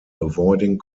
avoiding